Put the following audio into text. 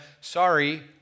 sorry